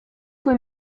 fue